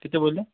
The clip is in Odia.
କେତେ ବୋଇଲେ